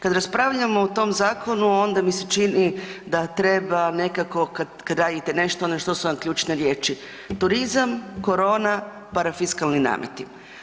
Kad raspravljamo o tom zakonu onda mi se čini da treba nekako kad, kad radite nešto ono što su vam ključne riječi, turizam, korona, parafiskalni nameti.